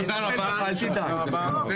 ג.